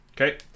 Okay